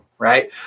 right